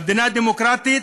במדינה דמוקרטית